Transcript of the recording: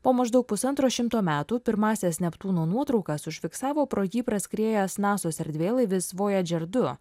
po maždaug pusantro šimto metų pirmąsias neptūno nuotraukas užfiksavo pro jį praskriejęs nasos erdvėlaivis vojadžer du